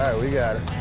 we got